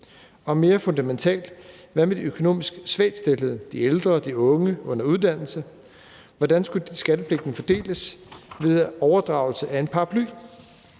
Og mere fundamentalt: Hvad med de økonomisk svagt stillede – de ældre, de unge under uddannelse? Og hvordan skulle skattepligten fordeles ved overdragelse af en paraply?